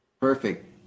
Perfect